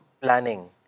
planning